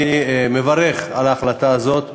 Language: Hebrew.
אני מברך על ההחלטה הזאת,